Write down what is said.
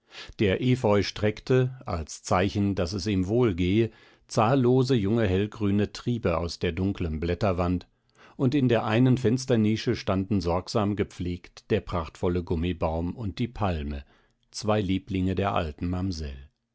der epheu streckte als zeichen daß es ihm wohlgehe zahllose junge hellgrüne triebe aus der dunkeln blätterwand und in der einen fensternische standen sorgsam gepflegt der prachtvolle gummibaum und die palme zwei lieblinge der alten mamsell